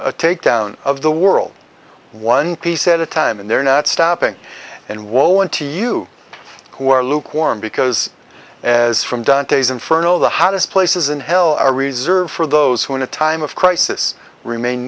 a takedown of the world one piece at a time and they're not stopping and woe unto you who are lukewarm because as from dantes inferno the hottest places in hell are reserved for those who in a time of crisis remain